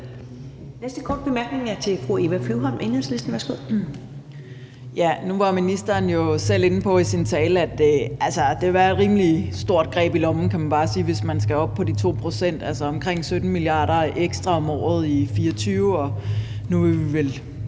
næste korte bemærkning er til fru Eva Flyvholm,